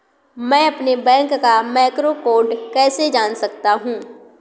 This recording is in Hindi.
मैं अपने बैंक का मैक्रो कोड कैसे जान सकता हूँ?